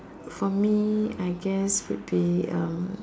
for me I guess would be um